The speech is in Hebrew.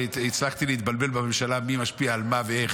אני הצלחתי להתבלבל בממשלה מי משפיע על מה ואיך,